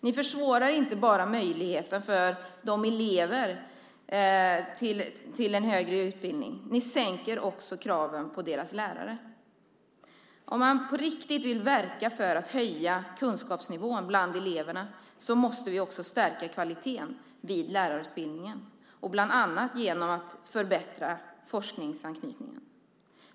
Ni försvårar inte bara möjligheten för elever att få tillgång till en högre utbildning, ni sänker också kraven på deras lärare. Om man på riktigt vill verka för att höja kunskapsnivån bland eleverna måste vi också stärka kvaliteten vid lärarutbildningen, bland annat genom att förbättra forskningsanknytningen.